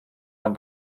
man